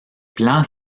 plans